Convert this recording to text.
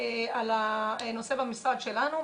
על הנושא במשרד שלנו.